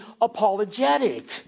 apologetic